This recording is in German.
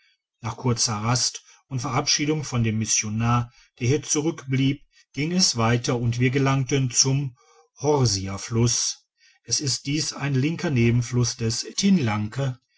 nach kurzer rast und verabschiedung von dem missionare der hier zurückblieb ging es weiter und wir gelangten zum horsia fluss es ist dies ein linker nebenfluss des